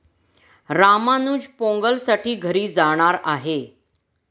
रामानुज पोंगलसाठी घरी जाणार आहे